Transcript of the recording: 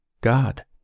God